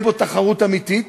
שתהיה בו תחרות אמיתית,